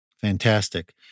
Fantastic